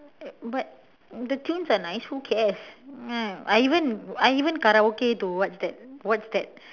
but the tunes are nice who cares I even I even karaoke to what's that what's that